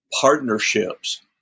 partnerships